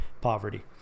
poverty